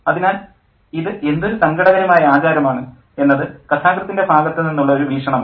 അതിനാൽ ഇത് എന്തൊരു സങ്കടകരമായ ആചാരമാണ് എന്നത് കഥാകൃത്തിൻ്റെ ഭാഗത്തു നിന്നുള്ള ഒരു വീക്ഷണമാണ്